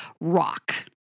rock